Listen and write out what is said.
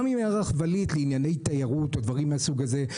גם אם תהיה רכבלית לענייני תיירות או דברים מהסוג הזה,